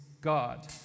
God